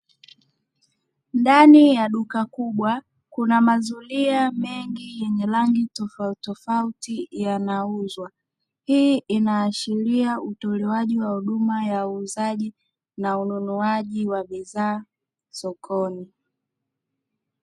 Ndani ya duka kubwa kuna mazulia mengi yenye rangi rofautitofauti yanauzwa. Hii inaashiria utoaji wa huduma ya uuzaji na ununuaji wa bidhaa sokoni.